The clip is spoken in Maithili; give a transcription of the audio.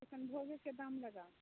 किशनभोगेके दाम लगाउ